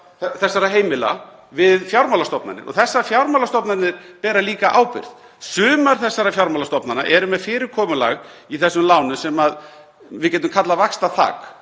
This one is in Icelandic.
þessara heimila við fjármálastofnanir og þessar fjármálastofnanir bera líka ábyrgð. Sumar þessara fjármálastofnana eru með fyrirkomulag í þessum lánum sem við getum kallað vaxtaþak